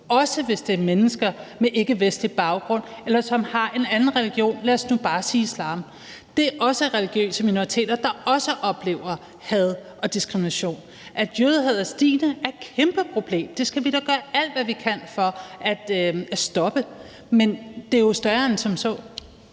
også hvis det er mennesker, med ikkevestlig baggrund eller mennesker, som har en anden religion – lad os nu bare sige islam. Det er også religiøse minoriteter, der oplever had og diskrimination. At jødehadet er stigende, er et kæmpeproblem, og det skal vi da gøre alt, hvad vi kan for at stoppe. Men det er jo større end som så.